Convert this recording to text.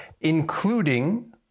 including